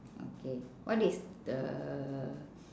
okay what is the